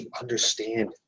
understand